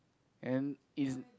and is